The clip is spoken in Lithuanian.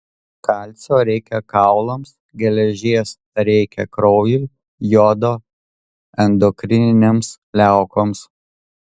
kalcio reikia kaulams geležies reikia kraujui jodo endokrininėms liaukoms